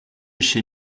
chez